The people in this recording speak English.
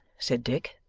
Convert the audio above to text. said dick,